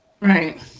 right